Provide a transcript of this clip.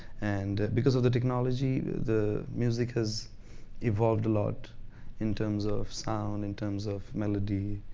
and because of the technology, the music has evolved a lot in terms of sound, in terms of melody,